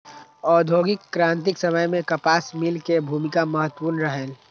औद्योगिक क्रांतिक समय मे कपास मिल के भूमिका महत्वपूर्ण रहलै